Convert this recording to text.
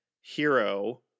hero